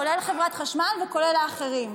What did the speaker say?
כולל חברת חשמל וכולל האחרים.